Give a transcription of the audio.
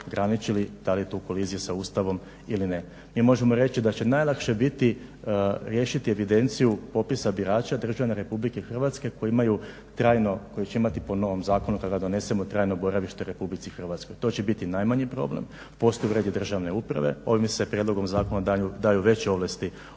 ograničili da li je to u koliziji sa Ustavom ili ne. Mi možemo reći da će najlakše biti riješiti evidenciju popisa birača RH koji imaju koje će imati po novom zakonu kada ga donesemo trajno boravište u RH. to će biti najmanji problem. Postoje uredi državne uprave ovim se prijedlogom zakona daju veće ovlasti